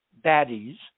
baddies